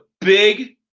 big